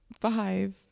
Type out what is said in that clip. five